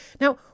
Now